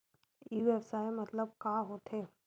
ई व्यवसाय मतलब का होथे?